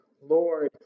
Lord